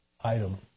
item